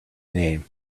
name